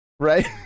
right